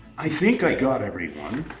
i think i got everyone.